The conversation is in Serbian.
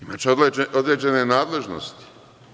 Imaće određene nadležnosti.